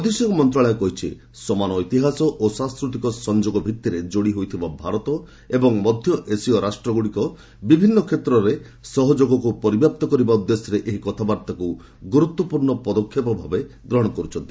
ବୈଦେଶିକ ମନ୍ତ୍ରଶାଳୟ କହିଛି ସମାନ ଇତିହାସ ଓ ସାଂସ୍କୃତିକ ସଂଯୋଗ ଭିଭିରେ ଯୋଡ଼ି ହୋଇଥିବା ଭାରତ ଏବଂ ମଧ୍ୟଏସୀୟ ରାଷ୍ଟ୍ରଗୁଡ଼ିକ ବିଭିନ୍ନ କ୍ଷେତ୍ରରେ ସହଯୋଗକ୍ତ ପରିବ୍ୟାପ୍ତ କରିବା ଉଦ୍ଦେଶ୍ୟରେ ଏହି କଥାବାର୍ତ୍ତାକୃ ଗୁରୁତ୍ୱପୂର୍ଣ୍ଣ ପଦକ୍ଷେପ ଭାବେ ଗ୍ରହଣ କରୁଛନ୍ତି